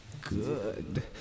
good